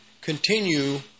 continue